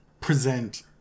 present